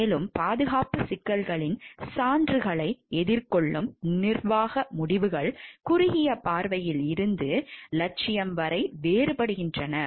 மேலும் பாதுகாப்புச் சிக்கல்களின் சான்றுகளை எதிர்கொள்ளும் நிர்வாக முடிவுகள் குறுகிய பார்வையில் இருந்து அலட்சியம் வரை வேறுபடுகின்றன